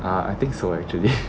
ah I think so actually